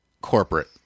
corporate